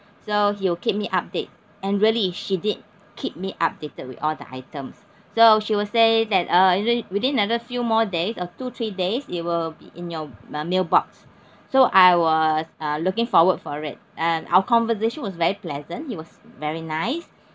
so he will keep me update and really she did keep me updated with all the items so she will say that uh you know within another few more days or two three days it will be in your uh mailbox so I was uh looking forward for it and our conversation was very pleasant he was very nice